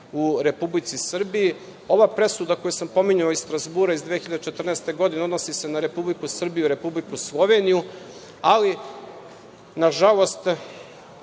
u Republici Srbiji. Ova presuda koju sam pominjao iz Strazbura iz 2014. godine, odnosi se na Republiku Srbiju i Republiku Sloveniju. Ali nažalost,